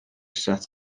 set